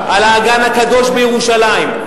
על האגן הקדוש בירושלים.